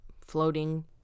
floating